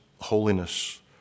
holiness